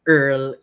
Earl